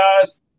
guys